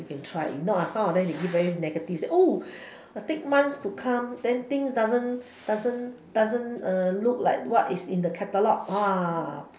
you can try if not some of them give very negative say take months to come then things doesn't doesn't doesn't look like what is in the catalogue then on lah